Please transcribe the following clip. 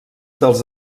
dels